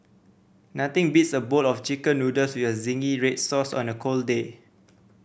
nothing beats a bowl of Chicken Noodles with zingy red sauce on a cold day